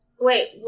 Wait